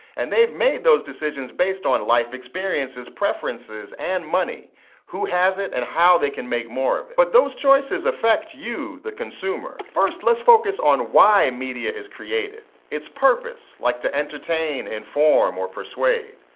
and they've made those decisions based on life experiences, preferences and money who has it, and how they can make more of it. but those choices affect you, the consumer. first, let's focus on why media is created. its purpose, like to entertain, inform or persuade.